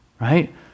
Right